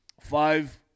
five